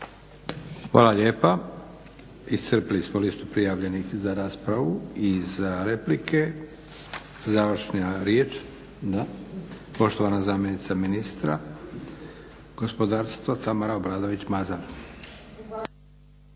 Hvala lijepa. Iscrpili smo listu prijavljenih za raspravu i za replike. Završna riječ? Da. Poštovana zamjenica ministra gospodarstva Tamara Obradović Mazal.